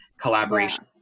collaboration